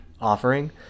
offering